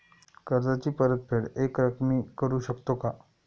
कर्जाची परतफेड एकरकमी करू शकतो का?